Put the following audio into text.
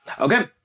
Okay